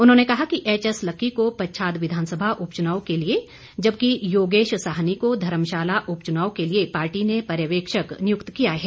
उन्होंने कहा कि एचएस लक्की को पच्छाद विधानसभा उपचुनाव के लिए जबकि योगेश साहनी को धर्मशाला उपचनाव के लिए पार्टी ने पर्यवेक्षक नियुक्त किया है